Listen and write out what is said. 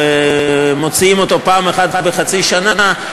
ומוציאים אותו פעם אחת בחצי שנה,